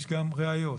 יש גם ראיות,